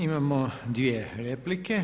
Imamo dvije replike.